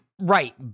Right